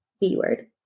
B-word